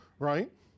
Right